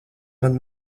mani